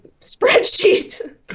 spreadsheet